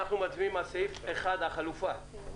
אנחנו מצביעים על סעיף 1. החלופה.